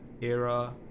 era